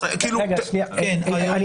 כל הדברים